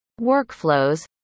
workflows